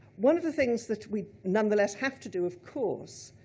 one of the things that we, nonetheless have to do, of course,